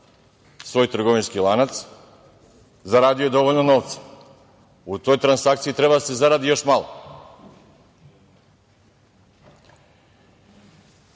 svoj trgovinski lanac, zaradio je dovoljno novca. U toj transakciji treba da se zaradi još malo. Da